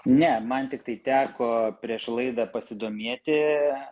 ne man tiktai teko prieš laidą pasidomėti